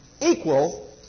Equal